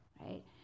right